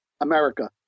America